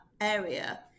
area